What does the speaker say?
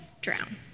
drown